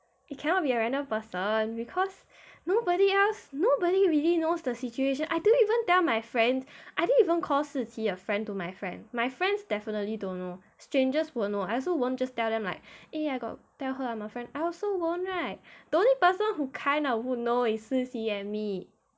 it cannot be a random person because nobody else nobody really knows the situation I didn't even tell my friends I didn't even call shi qi a friend to my friend my friends definitely don't know strangers won't know I also won't just tell them like eh I got tell her I'm a friend also won't right the only person who kind of would know is shi qi and me